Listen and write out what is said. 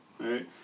Right